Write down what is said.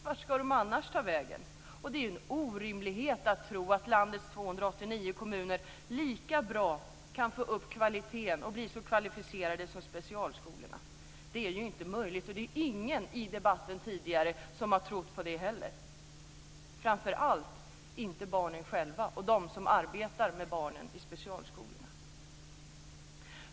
Vart ska de annars ta vägen? Det är en orimlighet att tro att landets 289 kommuner kan bli lika kvalificerade som man är på specialskolorna. Det är ju inte möjligt, och det är inte heller någon tidigare i debatten som har trott på det, framför allt inte barnen själva och de som arbetar i specialskolorna.